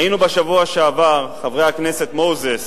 היינו בשבוע שעבר, חברי הכנסת מוזס